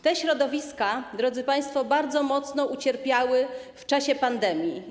Te środowiska, drodzy państwo, bardzo mocno ucierpiały w czasie pandemii.